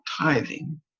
tithing